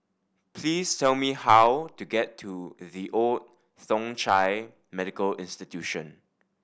please tell me how to get to The Old Thong Chai Medical Institution